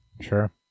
Sure